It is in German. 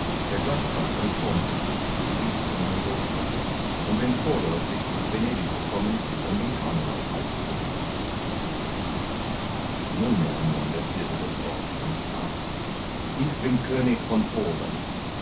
der gleichfalls entthront ist wie ich und mein großvater und bin vorläufig nach venedig gekommen um dem carneval beizuwohnen nunmehr nahm der vierte das wort und sprach ich bin könig von polen